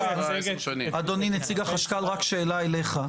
אדוני נציג החשכ"ל, רק שאלה אליך.